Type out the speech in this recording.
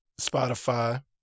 Spotify